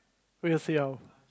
we'll see how